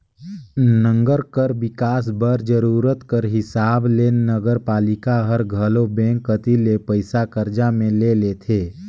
नंगर कर बिकास बर जरूरत कर हिसाब ले नगरपालिका हर घलो बेंक कती ले पइसा करजा में ले लेथे